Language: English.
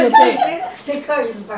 ya you you